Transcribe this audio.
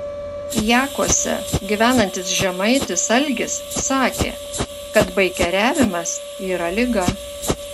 jakuose gyvenantis žemaitis algis sakė kad baikeriavimas yra liga